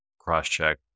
cross-check